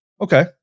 Okay